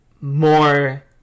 more